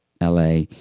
la